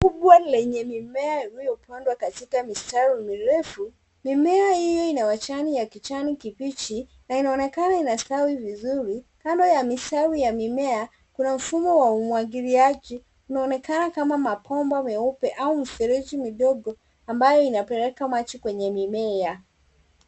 Kubwa lenye mimea iliyopandwa katika mistari mirefu. Mimea hiyo ina majani ya kijani kibichi na inaonekana inastawi vizuri. Kando ya mistari ya mimea, kuna mfumo wa umwagiliaji. Unaonekana kama mabomba meupe au mifereji midogo ambayo inapeleka maji kwenye miamea.